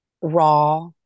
raw